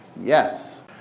Yes